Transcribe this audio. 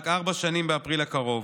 רק ארבע שנים באפריל הקרוב,